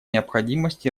необходимость